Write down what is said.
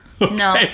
No